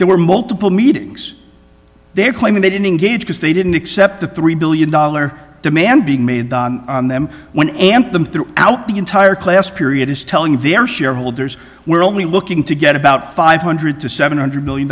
there were multiple meetings they're claiming they didn't engage because they didn't accept the three billion dollar demand being made on them when amp them through out the entire class period is telling their shareholders we're only looking to get about five hundred to seven hundred million